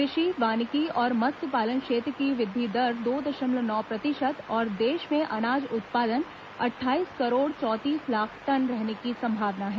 कृषि वानिकी और मत्स्यपालन क्षेत्र की वृद्वि दर दो दशमलव नौ प्रतिशत और देश में अनाज उत्पादन अट्ठाईस करोड़ चौंतीस लाख टन रहने की संभावना है